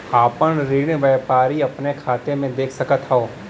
आपन ऋण व्यापारी अपने खाते मे देख सकत हौ